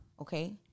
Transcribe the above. Okay